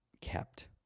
kept